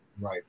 Right